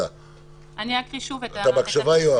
אני אקרא שוב את הפסקה.